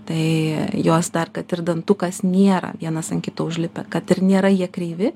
tai jos dar kad ir dantukas nėra vienas ant kito užlipę kad ir nėra jie kreivi